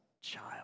child